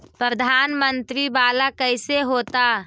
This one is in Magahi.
प्रधानमंत्री मंत्री वाला कैसे होता?